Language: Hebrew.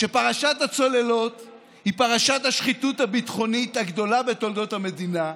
שפרשת הצוללות היא פרשת השחיתות הביטחונית הגדולה בתולדות המדינה,